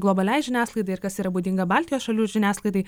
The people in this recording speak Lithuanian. globaliai žiniasklaidai ir kas yra būdinga baltijos šalių žiniasklaidai